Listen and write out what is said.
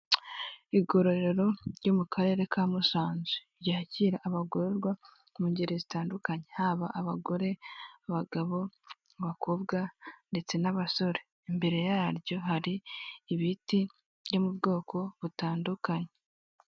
Abagabo n'abagore bari mu cyumba cy'uruganiriro gisize irange ry'umweru kirimo amatara ari kwaka, bicaye ku meza n'intebe by'umukara. Ayo meza ateretseho amazi yo mu macupa yo kunywa ndetse na mudasobwa.